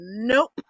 nope